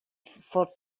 for